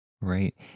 Right